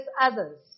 others